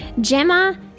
Gemma